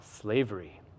slavery